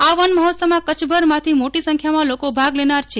આ વન મહોત્સવમાં કચ્છભરમાંથી મોટી સંખ્યામાં લોકો ભાગ લેનાર છે